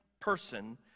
person